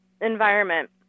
environment